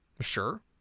Sure